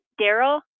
Daryl